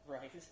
Right